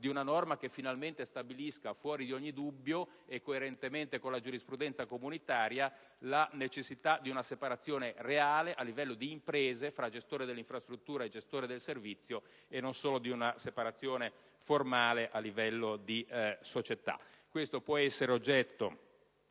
di una norma che finalmente stabilisca, fuori di ogni dubbio e coerentemente con la giurisprudenza comunitaria, la necessità di una separazione reale, a livello di imprese, fra gestore dell'infrastruttura e gestore del servizio, e non solo di una separazione formale a livello di società. Questo può essere oggetto